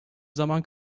zaman